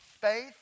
Faith